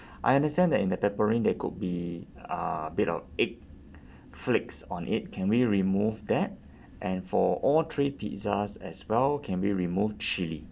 I understand that in the pepperoni there could be a bit of egg flakes on it can we remove that and for all three pizzas as well can we remove chilli